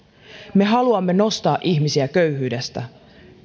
me haluamme nostaa ihmisiä köyhyydestä